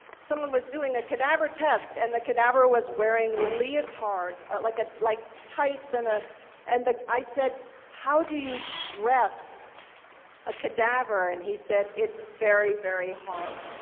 someone was doing a cadaver test, and the cadaver was wearing a leotard, like ah like tights, and ah and like i said how do you dress a cadaver? and he said it's very, very hard.